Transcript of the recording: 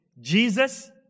Jesus